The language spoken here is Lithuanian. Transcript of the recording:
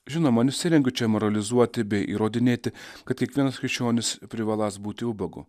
žinoma nesirengiu čia moralizuoti bei įrodinėti kad kiekvienas krikščionis privaląs būti ubagu